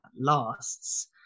lasts